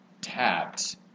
tapped